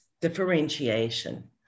differentiation